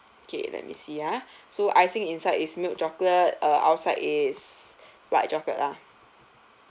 okay let me see ah so icing inside is milk chocolate uh outside is white chocolate lah